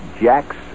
Jack's